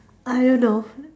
I don't know